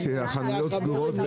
ראית שהחנויות סגורות ביום ראשון.